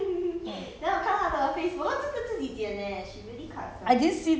okay ya 我知道你转一圈讲我剪到不美 !huh! hor